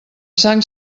sang